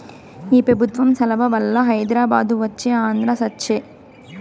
ఈ పెబుత్వం సలవవల్ల హైదరాబాదు వచ్చే ఆంధ్ర సచ్చె